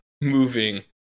moving